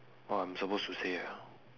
oh I'm supposed to say ah